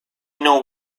know